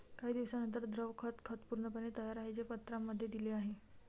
काही दिवसांनंतर, द्रव खत खत पूर्णपणे तयार आहे, जे पत्रांमध्ये दिले आहे